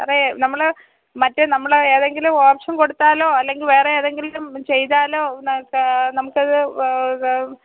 സാറേ നമ്മള് മറ്റേ നമ്മള് ഏതെങ്കിലും ഓപ്ഷൻ കൊടുത്താലോ അല്ലെങ്കില് വേറെ ഏതെങ്കിലും ചെയ്താലോ നമുക്കത്